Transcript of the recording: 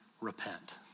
repent